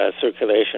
circulation